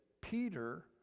Peter